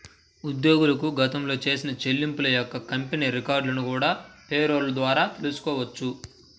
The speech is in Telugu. ఉద్యోగులకు గతంలో చేసిన చెల్లింపుల యొక్క కంపెనీ రికార్డులను కూడా పేరోల్ ద్వారా తెల్సుకోవచ్చు